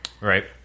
Right